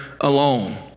alone